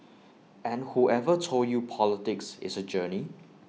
and whoever told you politics is A journey